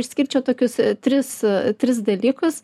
išskirčiau tokius tris tris dalykus